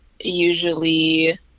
usually